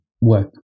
work